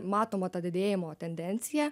matoma ta didėjimo tendencija